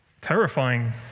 terrifying